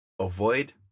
avoid